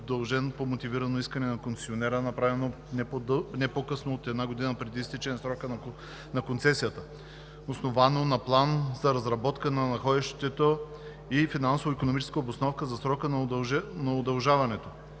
по мотивирано искане на концесионера, направено не по-късно от една година преди изтичането на срока на концесията, основано на план за разработка на находището и финансово-икономическа обосновка за срока на удължаването,